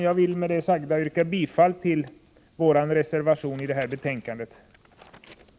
Jag vill med det sagda yrka bifall till reservationen vid jordbruksutskottets betänkande 14.